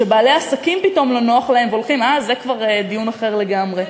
וכשבעלי עסקים פתאום לא נוח להם והם הולכים אז זה כבר דיון אחר לגמרי.